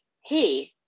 Hey